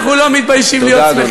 אנחנו לא מתביישים להיות שמחים.